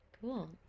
Cool